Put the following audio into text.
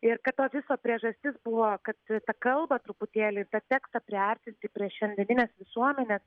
ir kad to viso priežastis buvo kad ta kalbą truputėlį tą tekstą priartinti prie šiandieninės visuomenės